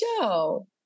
show